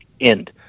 end